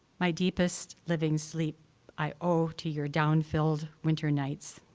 my deepest living sleep i owe to your down-filled winter nights,